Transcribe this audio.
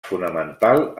fonamental